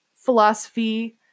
philosophy